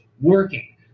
working